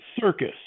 circus